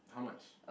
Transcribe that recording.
how much